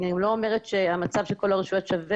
אני גם לא אומרת שהמצב של כל הרשויות שווה.